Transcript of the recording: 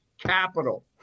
capital